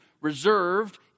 reserved